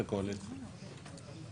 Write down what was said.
הצבעה בעד, 7 נגד, 8 נמנעים, אין לא אושר.